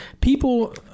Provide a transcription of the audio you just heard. people